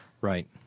Right